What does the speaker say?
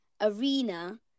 Arena